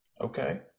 Okay